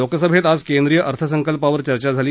लोकसभेत आज केंद्रीय अर्थसंकल्पावर चर्चा झाली